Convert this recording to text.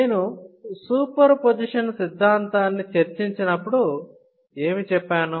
నేను సూపర్పొజిషన్ సిద్ధాంతాన్ని చర్చించినప్పుడు ఏమి చెప్పాను